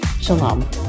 Shalom